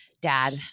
Dad